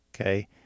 okay